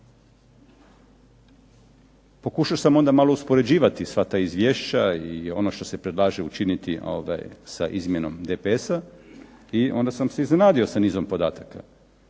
Pokušao sam onda malo uspoređivati sva ta izvješća i ono što se predlaže učiniti sa izmjenom DPS-a i onda sam se iznenadio sa nizom podataka.